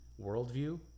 worldview